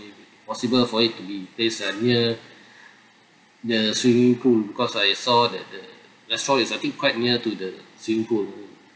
maybe possible for it to be placed uh near the swimming pool because I saw that the restaurant is I think quite near to the swimming pool